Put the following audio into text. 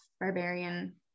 barbarian